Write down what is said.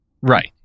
Right